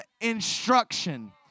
instruction